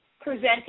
presenting